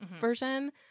version